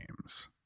games